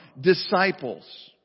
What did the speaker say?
disciples